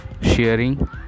sharing